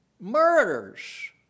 murders